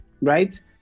right